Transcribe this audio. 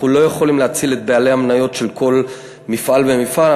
אנחנו לא יכולים להציל את בעלי המניות של כל מפעל ומפעל.